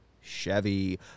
Chevy